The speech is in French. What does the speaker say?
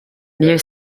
mieux